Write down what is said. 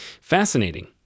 Fascinating